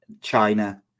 China